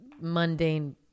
mundane